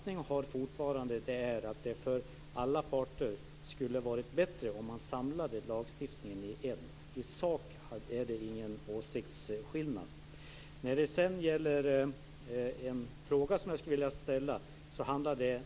Den är fortfarande att det skulle ha varit bättre för alla parter om man samlade lagstiftningen i en lag. I sak är det ingen åsiktsskillnad.